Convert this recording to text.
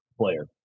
player